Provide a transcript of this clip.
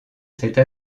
cette